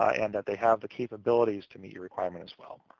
ah and that they have the capabilities to meet your requirement, as well.